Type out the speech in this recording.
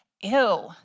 ew